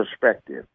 perspective